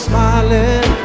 Smiling